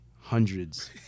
hundreds